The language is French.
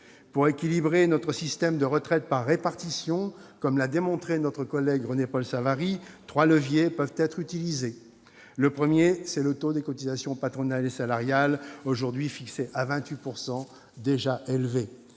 Pour équilibrer notre système de retraite par répartition, comme l'a démontré notre collègue René-Paul Savary, trois leviers peuvent être utilisés. Le premier, c'est le taux de cotisations patronales et salariales, aujourd'hui fixé à 28 %, un taux déjà élevé.